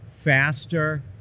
faster